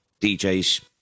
DJs